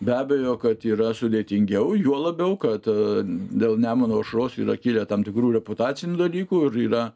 be abejo kad yra sudėtingiau juo labiau kad dėl nemuno aušros yra kilę tam tikrų reputacinių dalykų ir yra